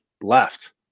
left